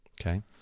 okay